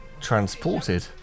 transported